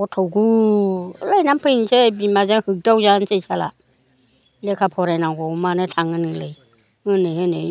हर थौगुलायना फैनोसै बिमाजों होगदावजानोसै साला लेखा फरायनांगौआव मानो थाङो नोंलाय होनै होनै